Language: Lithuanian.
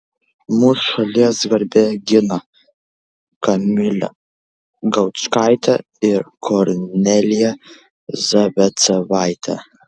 mūsų šalies garbę gina kamilė gaučaitė ir kornelija zaicevaitė